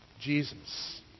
Jesus